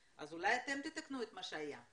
אז אולי אתם תתקנו את מה שהיה?